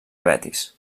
betis